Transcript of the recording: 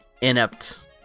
inept